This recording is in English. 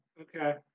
Okay